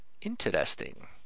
Interesting